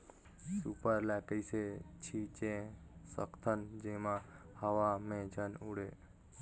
Super ल कइसे छीचे सकथन जेमा हवा मे झन उड़े?